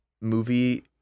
movie